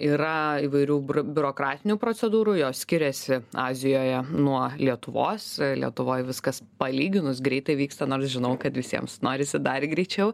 yra įvairių biurokratinių procedūrų jos skiriasi azijoje nuo lietuvos lietuvoj viskas palyginus greitai vyksta nors žinau kad visiems norisi dar greičiau